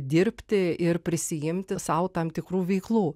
dirbti ir prisiimti sau tam tikrų veiklų